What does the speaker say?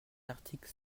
l’article